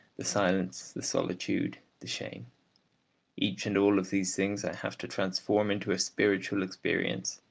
the silence, the solitude, the shame each and all of these things i have to transform into a spiritual experience.